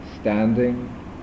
standing